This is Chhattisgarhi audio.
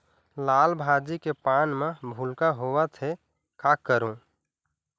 लाल भाजी के पान म भूलका होवथे, का करों?